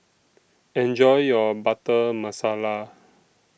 Enjoy your Butter Masala